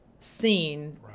seen